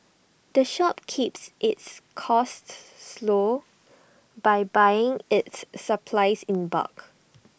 the shop keeps its costs slow by buying its supplies in bulk